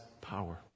power